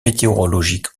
météorologiques